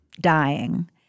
dying